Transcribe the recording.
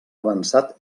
avançat